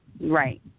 Right